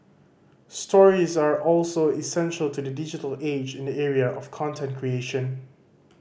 stories are also essential to the digital age in the area of content creation